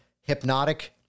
Hypnotic